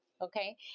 Okay